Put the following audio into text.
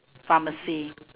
pharmacy